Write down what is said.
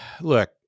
look